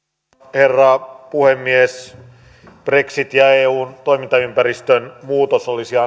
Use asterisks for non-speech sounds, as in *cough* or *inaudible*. herra puhemies brexit ja eun toimintaympäristön muutos olisivat *unintelligible*